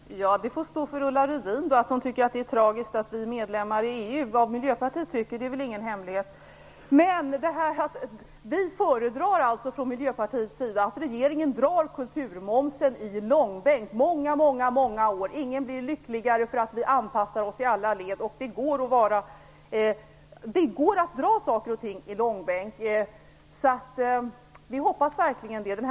Herr talman! Det får stå för Ulla Rudin att hon tycker att det är tragiskt att vi är medlemmar i EU. Vad Miljöpartiet tycker är väl ingen hemlighet. Vi föredrar alltså från Miljöpartiets sida att regeringen drar kulturmomsen i långbänk i många år. Ingen blir lyckligare därför att vi anpassar oss i alla led. Det går att dra saker och ting i långbänk, och vi hoppas verkligen på det.